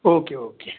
okay okay